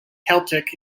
celtic